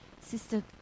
Sister